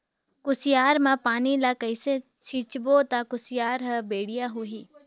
कुसियार मा पानी ला कइसे सिंचबो ता कुसियार हर बेडिया होही?